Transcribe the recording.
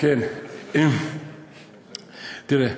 תראה,